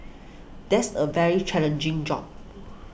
that's a very challenging job